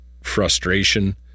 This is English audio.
frustration